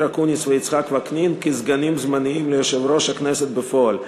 אקוניס ויצחק וקנין כסגנים זמניים ליושב-ראש הכנסת בפועל.